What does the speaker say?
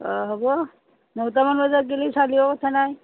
অঁ হ'ব নটামান বজাত গ'লে চালেও কথা নাই